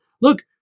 look